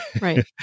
Right